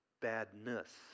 badness